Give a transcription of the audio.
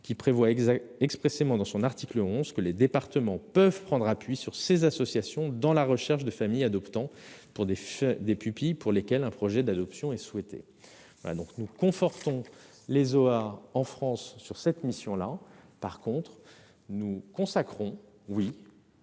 qui prévoit expressément dans son article 11 que les départements peuvent prendre appui sur ces associations dans la recherche de familles adoptantes pour des pupilles pour lesquels un projet d'adoption est souhaité. Nous souhaitons donc conforter les OAA en France sur cette mission-là, mais nous souhaitons aussi